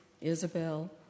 Isabel